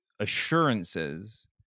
assurances